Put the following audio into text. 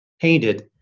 painted